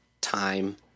time